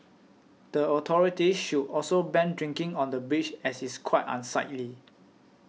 the authorities should also ban drinking on the bridge as it's quite unsightly